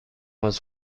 was